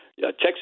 Texas